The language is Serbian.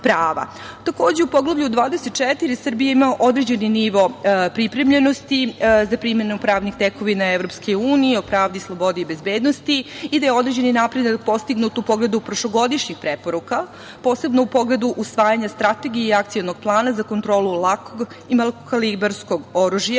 prava. Takođe, u Poglavlju 24. Srbija ima određeni nivo pripremljenosti za primenu pravnih tekovina EU o pravdi, slobodi i bezbednosti i da je određeni napredak postignut u pogledu prošlogodišnjih preporuka, posebno u pogledu usvajanja Strategije i Akcionog plana za kontrolu lakog i malokalibarskog oružja